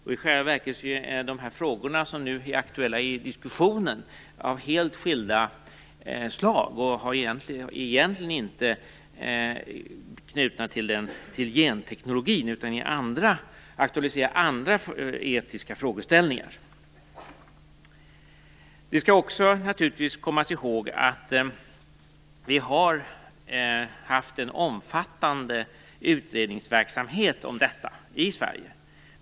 I själva verket är ju de frågor som nu är aktuella i diskussionen av helt skilda slag och är egentligen inte knutna till genteknologin utan aktualiserar andra etiska frågeställningar. Vi skall naturligtvis också komma ihåg att vi har haft en omfattande utredningsverksamhet om detta i Sverige.